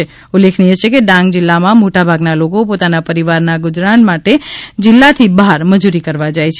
અત્રે ઉલ્લેખનીય છે કે ડાંગ જિલ્લામાં મોટાભાગના લોકો પોતાના પરિવારના ગુજરાત માટે જિલ્લાથી બહાર મજૂરી કરવા જાય છે